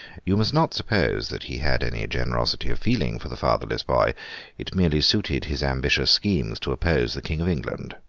you must not suppose that he had any generosity of feeling for the fatherless boy it merely suited his ambitious schemes to oppose the king of england.